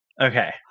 okay